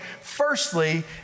firstly